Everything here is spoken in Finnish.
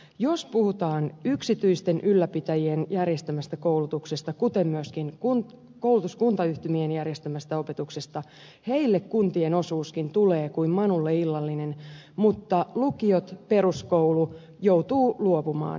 jos puhutaan yksityisten ylläpitäjien järjestämästä koulutuksesta kuten myöskin koulutuskuntayhtymien järjestämästä opetuksesta heille kuntien osuuskin tulee kuin manulle illallinen mutta lukiot peruskoulut joutuvat luopumaan